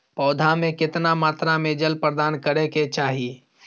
पौधा में केतना मात्रा में जल प्रदान करै के चाही?